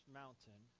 mountain